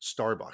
Starbucks